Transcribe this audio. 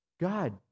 God